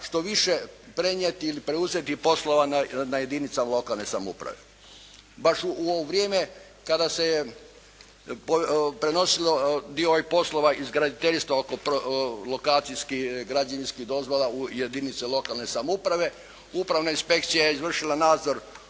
što više prenijeti ili preuzeti poslova na jedinicama lokalne samouprave. Baš u ovo vrijeme kada se je prenosilo dio ovih poslova iz graditeljstva oko lokacijskih, građevinskih dozvola u jedinice lokalne samouprave, upravna inspekcija je izvršila nadzor